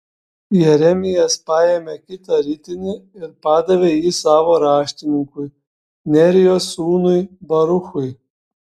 jeremijas paėmė kitą ritinį ir padavė jį savo raštininkui nerijos sūnui baruchui